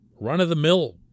run-of-the-mill